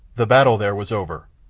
the battle there was over.